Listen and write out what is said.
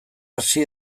hasi